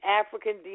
African